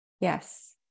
Yes